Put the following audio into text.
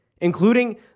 including